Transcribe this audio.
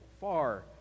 far